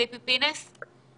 בבקשה.